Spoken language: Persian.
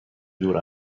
دور